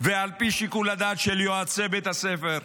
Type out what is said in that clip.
ועל פי שיקול הדעת של יועצי בית הספר,